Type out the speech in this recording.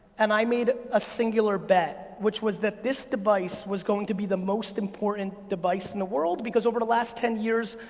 and i made a singular bet, which was that this device was going to be the most important device in the world, because over the last ten years,